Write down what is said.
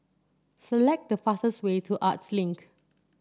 select the fastest way to Arts Link